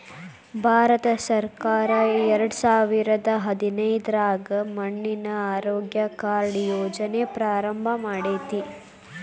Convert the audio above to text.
ಭಾರತಸರ್ಕಾರ ಎರಡಸಾವಿರದ ಹದಿನೈದ್ರಾಗ ಮಣ್ಣಿನ ಆರೋಗ್ಯ ಕಾರ್ಡ್ ಯೋಜನೆ ಪ್ರಾರಂಭ ಮಾಡೇತಿ